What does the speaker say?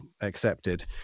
accepted